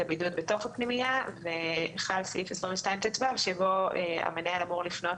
הבידוד בתוך הפנימייה וחל סעיף 22טו שבו המנהל אמור לפנות